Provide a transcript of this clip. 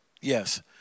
Yes